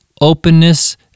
openness